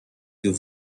you